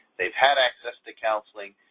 they've had access to counseling,